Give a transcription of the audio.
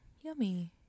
Yummy